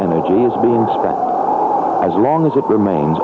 energy is being spread as long as it remains